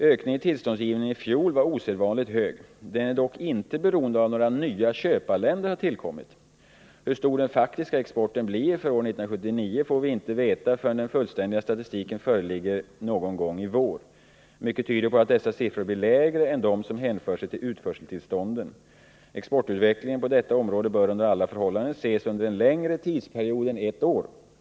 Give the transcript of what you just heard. Ökningen i tillståndsgivningen i fjol var osedvanligt hög. Den är dock inte beroende av att några nya köparländer har tillkommit. Hur stor den faktiska exporten blir för år 1979 får vi inte veta förrän den fullständiga statistiken föreligger någon gång i vår. Mycket tyder på att dessa siffror blir lägre än de som hänför sig till utförseltillstånden. Exportutvecklingen på detta område bör under alla förhållanden ses under en längre tidsperiod än ett år.